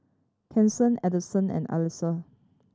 Kasen Addyson and Alesha